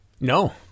No